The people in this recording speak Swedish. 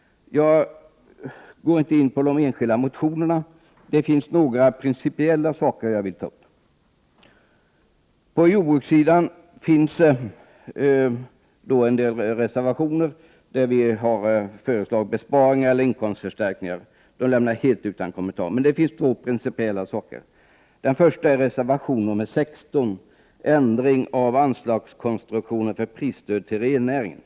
Jag går inte in på de enskilda motionerna. På jordbrukssidan finns en del reservationer, enligt vilka vi har föreslagit besparingar eller inkomstförstärkningar. Dessa lämnar jag helt utan kommentarer. Men det finns två principiella saker som jag vill ta upp. Den första principiella frågan återfinns i reservation nr 16, ändrad anslagskonstruktion för prisstöd till rennäringen.